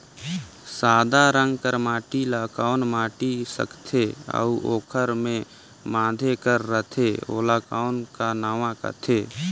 सादा रंग कर माटी ला कौन माटी सकथे अउ ओकर के माधे कर रथे ओला कौन का नाव काथे?